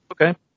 okay